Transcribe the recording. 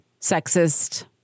Sexist